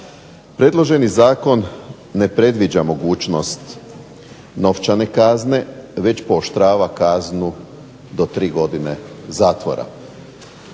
Predloženi zakon ne predviđa mogućnost novčane kazne već pooštrava kaznu do tri godine zatvora.